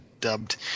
dubbed